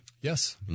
Yes